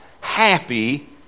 happy